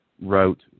route